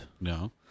No